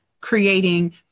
creating